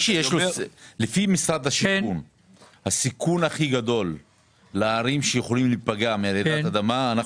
לפי משרד השיכון הסיכון הכי גדול לערים שיכולות להיפגע מרעידת אדמה,